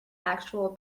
actual